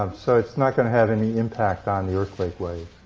um so it's not going to have any impact on the earthquake wave.